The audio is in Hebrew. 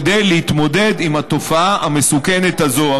כדי להתמודד עם התופעה המסוכנת הזאת.